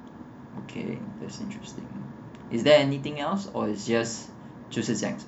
okay that's interesting is there anything else or is just 就是这样子